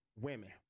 women